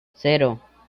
cero